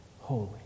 Holy